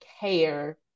Care